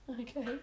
Okay